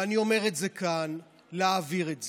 ואני אומר את זה כאן, להעביר את זה.